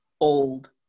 old